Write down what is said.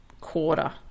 quarter